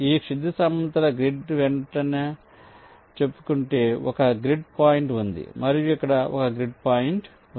ఈ క్షితిజ సమాంతర గ్రిడ్ వెంట చెప్పకుంటే ఒక గ్రిడ్ పాయింట్ ఉంది మరియు ఇక్కడ ఒక గ్రిడ్ పాయింట్ ఉంది